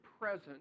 present